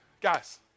Guys